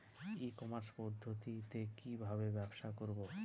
ই commerce পদ্ধতিতে কি ভাবে ব্যবসা করব?